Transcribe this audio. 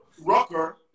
Rucker